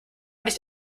nicht